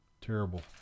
terrible